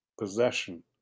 possession